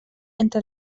entre